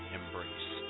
embrace